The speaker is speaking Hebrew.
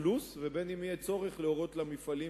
אם יהיה צורך לעצור אכלוס ואם יהיה צורך להורות למפעלים